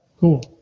Cool